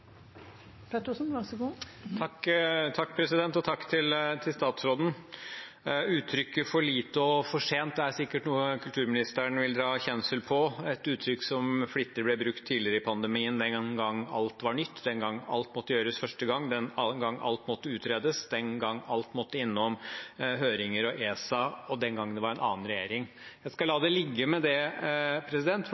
sikkert noe kulturministeren vil dra kjensel på – et uttrykk som ble flittig brukt tidligere i pandemien – den gang alt var nytt, den gang alt måtte gjøres for første gang, den gang alt måtte utredes, den gang alt måtte innom høringer og ESA, og den gang det var en annen regjering. Jeg skal la det være med det, for